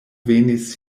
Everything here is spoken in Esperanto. venis